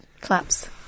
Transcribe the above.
Claps